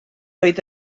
oedd